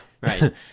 Right